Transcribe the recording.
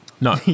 No